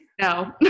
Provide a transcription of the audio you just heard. No